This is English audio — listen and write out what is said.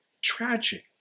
tragic